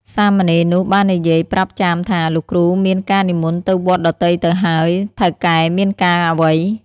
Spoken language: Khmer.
សាមណេរនោះបាននិយាយប្រាប់ចាមថា "លោកគ្រូមានការនិមន្តទៅវត្តដទៃទៅហើយ ថៅកែមានការអ្វី?"។